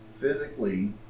physically